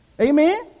Amen